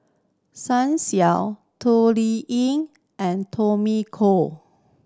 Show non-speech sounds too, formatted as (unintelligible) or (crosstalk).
(unintelligible) Xiao Toh Liying and Tommy Koh